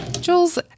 Jules